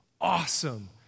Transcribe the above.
awesome